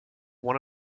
one